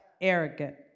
arrogant